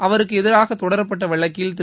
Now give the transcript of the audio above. அவருக்கு எதிராக தொடரப்பட்ட வழக்கில் திரு